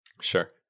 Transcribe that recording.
Sure